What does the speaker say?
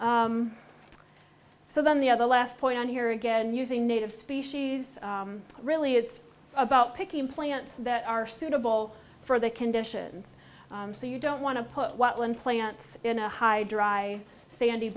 so then the other last point on here again using native species really is about picking plants that are suitable for the conditions so you don't want to put one plants in a high dry sandy